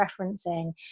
referencing